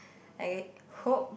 I hope